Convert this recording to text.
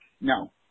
No